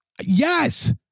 Yes